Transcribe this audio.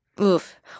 Oof